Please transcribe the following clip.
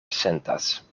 sentas